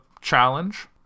challenge